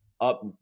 up